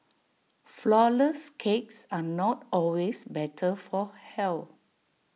Flourless Cakes are not always better for health